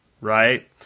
right